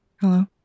Hello